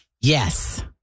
Yes